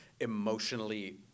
emotionally